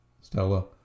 Stella